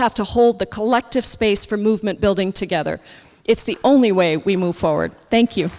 have to hold the collective space for movement building together it's the only way we move forward thank you